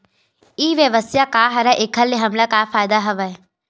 ई व्यवसाय का हरय एखर से हमला का फ़ायदा हवय?